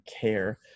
care